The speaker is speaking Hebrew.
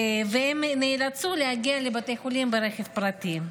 והן נאלצו להגיע לבית החולים ברכב פרטי.